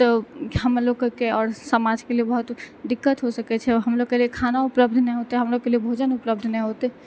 तऽ हम लोककेँ आओर समाजके बहुत दिक्कत हो सकै छै हमलोगके लिए खाना उपलब्ध नहि होतै हमलोगके लिए भोजन उपलब्ध नहि होतै